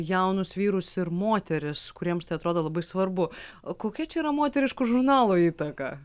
jaunus vyrus ir moteris kuriems tai atrodo labai svarbu o kokia čia yra moteriškų žurnalų įtaka